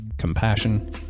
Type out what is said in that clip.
compassion